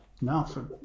No